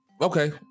Okay